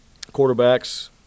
Quarterbacks